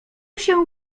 się